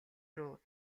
рүү